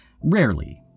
rarely